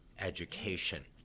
education